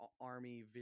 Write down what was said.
army